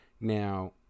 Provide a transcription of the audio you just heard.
Now